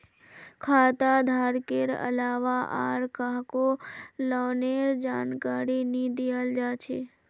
खाता धारकेर अलावा आर काहको लोनेर जानकारी नी दियाल जा छे